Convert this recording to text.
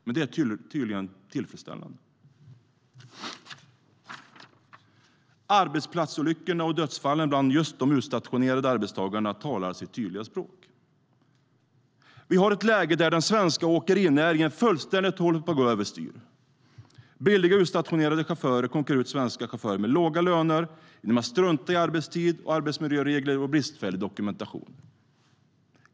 Men det är tydligen tillfredsställande. Arbetsplatsolyckorna och dödsfallen bland just de utstationerade arbetstagarna talar sitt tydliga språk. Vi har ett läge där den svenska åkerinäringen fullständigt håller på att gå över styr. Billiga utstationerade chaufförer konkurrerar ut svenska chaufförer med låga löner, struntar i arbetstids och arbetsmiljöregler och använder sig av bristfällig dokumentation.